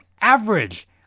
average